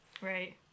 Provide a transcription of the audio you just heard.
Right